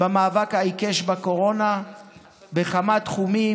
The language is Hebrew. במאבק העיקש בקורונה בכמה תחומים,